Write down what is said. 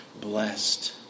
blessed